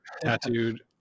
tattooed